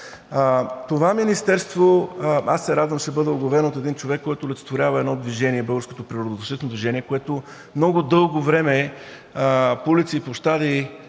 Това министерство, аз се радвам, че ще бъде оглавено от един човек, който олицетворява едно движение – българско природозащитно движение, което много дълго време по улици и площади,